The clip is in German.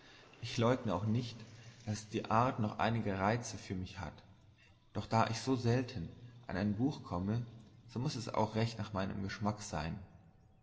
ich leugne auch nicht daß die art noch einige reize für mich hat doch da ich so selten an ein buch komme so muß es auch recht nach meinem geschmack sein